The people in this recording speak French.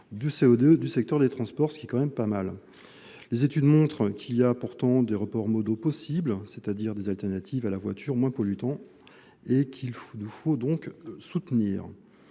deux du secteur des transports ce qui est quand même pas mal les études montrent qu'il y a pourtant des rapports modaux possibles c'est à dire des alternatives à la voiture moins polluantes et qu'il nous faut donc soutenir